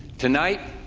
tonight,